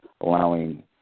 allowing